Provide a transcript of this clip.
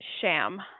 Sham